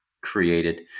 created